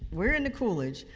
we're in the coolidge,